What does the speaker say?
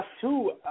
two